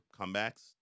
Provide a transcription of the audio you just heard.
comebacks